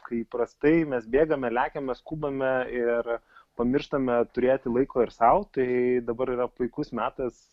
kai įprastai mes bėgame lekiame skubame ir pamirštame turėti laiko ir sau tai dabar yra puikus metas